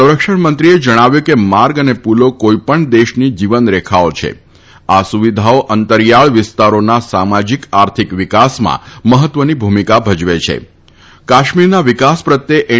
સંરક્ષણ મંત્રીએ જણાવ્યું હતું કે માર્ગ અનાપૂલો કોઇપણ દેશની જીવનરેખાઓ છા આ સુવિધાઓ અંતરીયાળ વિસ્તારોનાં સામાજીક આર્થિક વિકાસમાં મહત્વની ભૂમિકા ભજવાછી કાશ્મીરના વિકાસ પ્રત્યાપ્યેન